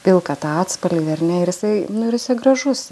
pilką tą atspalvį ar ne ir jisai nu ir jisai gražus